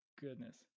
goodness